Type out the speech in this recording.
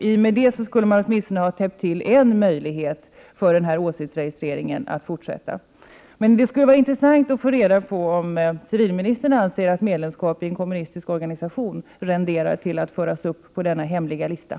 Därmed skulle man åtminstone täppa till en lucka när det gäller sådan här åsiktsregistrering. Det skulle vara intressant att få reda på om civilministern anser att medlemskap i en kommunistisk organisation renderar ett införande på hemliga listan.